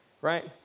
right